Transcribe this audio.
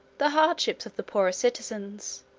the hardships of the poorer citizens,